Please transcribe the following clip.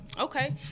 Okay